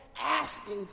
asking